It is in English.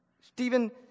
Stephen